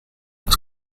oes